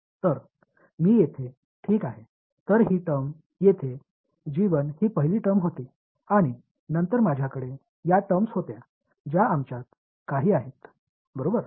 तर मी येथे ठीक आहे तर ही टर्म येथे जी 1 ही पहिली टर्म होती आणि नंतर माझ्याकडे या टर्म्स होत्या ज्या आमच्यात काही आहेत बरोबर